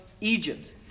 Egypt